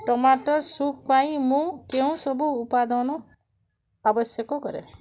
tomato soup ପାଇଁ ମୁଁ କେଉଁ ସବୁ ଉପାଦାନ ଆବଶ୍ୟକ କରେ